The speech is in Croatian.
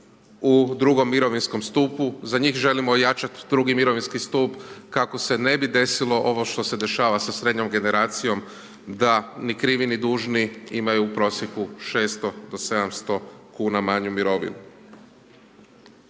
u drugom mirovinskom stupu, za njih želimo ojačat drugi mirovinski stup kako se ne bi desilo ovo što se dešava sa srednjom generacijom da ni krivi, ni dužni imaju u prosjeku 600 do 700 kuna manju mirovinu.